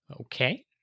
okay